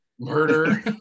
Murder